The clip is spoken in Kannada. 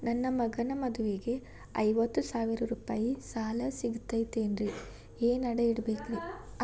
ನನ್ನ ಮಗನ ಮದುವಿಗೆ ಐವತ್ತು ಸಾವಿರ ರೂಪಾಯಿ ಸಾಲ ಸಿಗತೈತೇನ್ರೇ ಏನ್ ಅಡ ಇಡಬೇಕ್ರಿ?